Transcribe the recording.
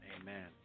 Amen